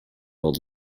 old